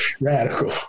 radical